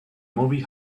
movie